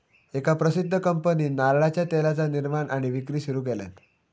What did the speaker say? एका प्रसिध्द कंपनीन नारळाच्या तेलाचा निर्माण आणि विक्री सुरू केल्यान